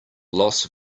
loss